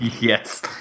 Yes